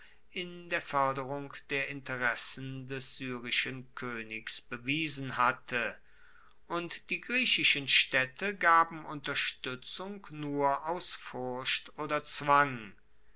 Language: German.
in der foerderung der interessen des syrischen koenigs bewiesen hatte und die griechischen staedte gaben unterstuetzung nur aus furcht oder zwang